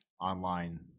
online